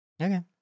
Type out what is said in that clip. Okay